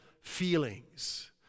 feelings